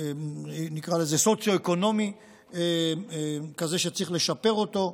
וגם סוציו-אקונומי כזה שצריך לשפר אותו,